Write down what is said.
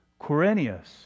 Quirinius